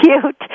cute